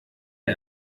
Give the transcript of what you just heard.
der